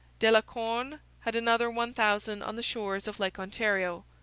de la corne had another one thousand on the shores of lake ontario.